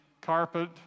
carpet